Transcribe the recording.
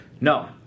No